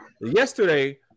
yesterday